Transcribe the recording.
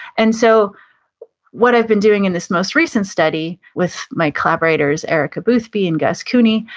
and so what i've been doing in this most recent study with my collaborators, erica boothby and gus coony,